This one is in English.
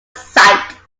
site